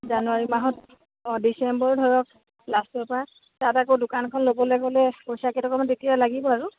জানুৱাৰী মাহত অঁ ডিচেম্বৰ ধৰক লাষ্টৰ পৰা তাত আকৌ দোকানখন ল'বলে গ'লে পইচা কেইটকামান তেতিয়া লাগিব আৰু